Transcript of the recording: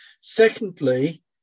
Secondly